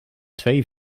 twee